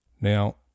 Now